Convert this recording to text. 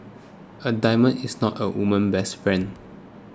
a diamond is not a woman's best friend